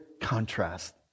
contrast